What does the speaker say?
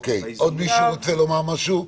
עוד מישהו רוצה לומר משהו?